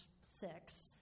six